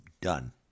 done